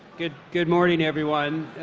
good good morning, everyone.